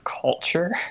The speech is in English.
culture